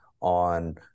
on